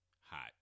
hot